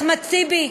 אחמד טיבי,